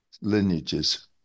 lineages